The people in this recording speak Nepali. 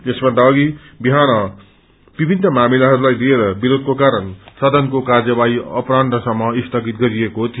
यसभन्दा अवि बिहान विभित्र मामिलाहरूलाई लिएर विरोषको कारण सदनको कार्यवाही अपरान्हसम्म स्थगित गरिएको थियो